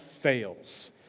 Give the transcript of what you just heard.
fails